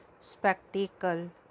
spectacle